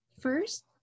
first